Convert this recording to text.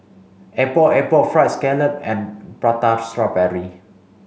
Epok Epok fried scallop and prata strawberry